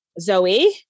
Zoe